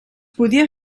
podia